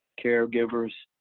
caregivers.